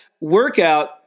workout